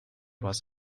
was